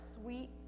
sweet